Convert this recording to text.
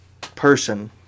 person